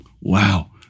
Wow